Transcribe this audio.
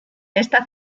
esta